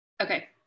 okay